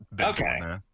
okay